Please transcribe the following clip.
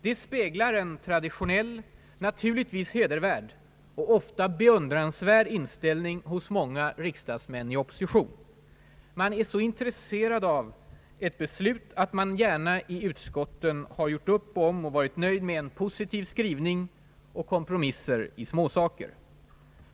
Det speglar en traditionell, naturligtvis hedervärd och ofta beundransvärd inställning hos många riksdagsmän i opposition: man är så intresserad att också från sitt minoritetsläge förändra en del av ett beslut att man gärna i utskotten gjort upp om Allmänpolitisk debatt och varit nöjd med »en positiv skrivning» och komprimisser i småsaker.